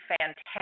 fantastic